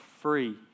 free